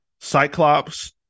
Cyclops